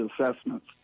assessments